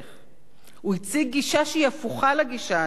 הוא הציג גישה שהיא הפוכה לגישה הניאו-ליברלית